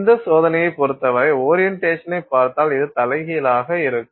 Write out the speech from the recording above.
இந்த சோதனையைப் பொறுத்தவரை ஓரியன்டேஷனை பார்த்தால் இது தலைகீழாக இருக்கும்